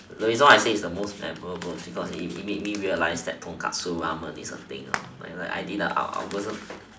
you know I see it the most memorable food I eat it made me realize tonkotsu ramen is a thing ah I didn't wasn't